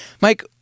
Mike